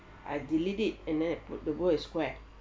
I delete it and then the world is square